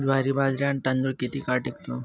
ज्वारी, बाजरी आणि तांदूळ किती काळ टिकतो?